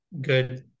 good